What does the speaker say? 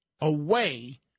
away